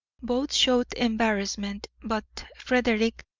both showed embarrassment, but frederick,